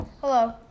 Hello